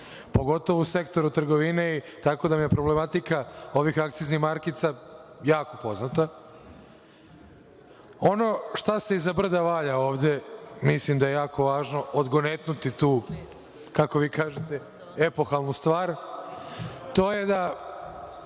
pogotovo u sektoru trgovine, tako da vam je problematika ovih akciznih markica jako poznata. Ono šta se iza brda valja ovde, mislim da je jako važno odgonetnuti tu, kako vi kažete, epohalnu stvar, a to je da